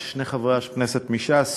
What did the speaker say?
שני חברי הכנסת מש"ס,